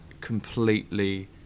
completely